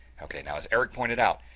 okay, now, as eric pointed out,